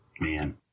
man